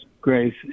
grace